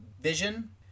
vision